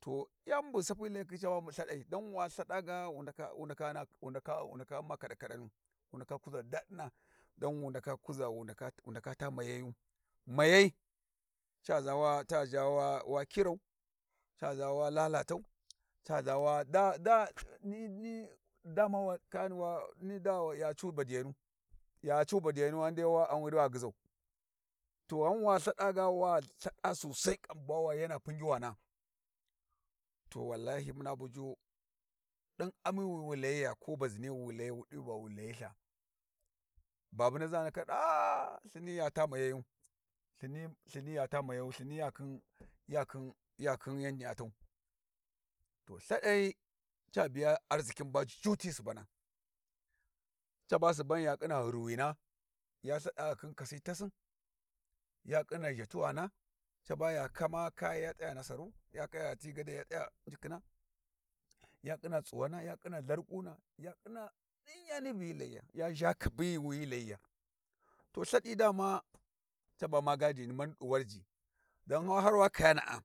To yani bu sami layakhin caba lthaɗai don wa lthaɗa ga wu wu ndaka ghana wu ndaka u'ma khida-khidanu wu ndaka kuza daɗina don wu ndaka ta mayayu mayai ca zha cazha wa kirau, ca zha wa lalatau, ca zha waɗa da da ni ni dama ya cuu badiyanu, ya cuu badiyanu gha dai wa gyizau to ghanwa lthaɗa ga wa lthaɗa sosai bawa yana pingiwana to wallahi muna buju ɗin ami wi wu layiya ko baziniyi wu layi wudi va wu layi ltha babu nazi a ndaka ɗa ah lthini yata mayayu lthini yata mayayu ya khin ya khin ya khin ya tau. To lthɗai ca biya arzikin ba juju ti subana caba suban ya ƙhin gyuruwina ya yita khin kassi tasin ya khina zhatuwana caba ya kama kayi ya ta'aya nasaru ya t'aya ti Gadai ya t'aya inji khina ya khin tsuwana, ya ƙhina lharkuna ya ƙhina ɗin yani bu hyi layiya ya zha kabi wi hyi layiya to lthaɗi da caba ma gadi mani ɗi Warji don har wa kayana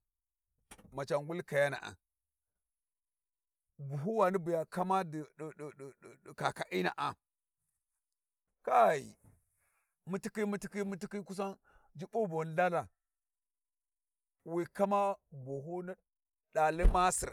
maca ghul kayana'a buhuwani buya kama kaka'ina'a kai mutikhi, mutikhi, mutikhi kusan jubbun boni lhalha kama buhuni dali masir.